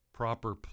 Proper